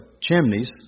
chimneys